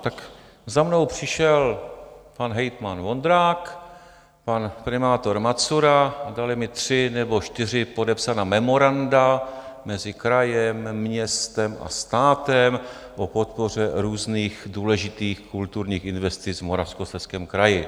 Tak za mnou přišel pan hejtman Vondrák, pan primátor Macura, dali mi tři nebo čtyři podepsaná memoranda mezi krajem, městem a státem o podpoře různých důležitých kulturních investic v Moravskoslezském kraji.